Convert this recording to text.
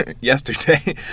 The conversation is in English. yesterday